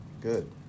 good